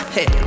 Hey